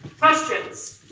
questions?